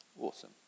Awesome